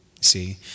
See